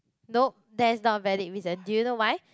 nope that is not a valid reason do you know why